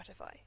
Spotify